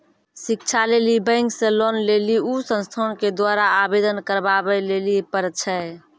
शिक्षा लेली बैंक से लोन लेली उ संस्थान के द्वारा आवेदन करबाबै लेली पर छै?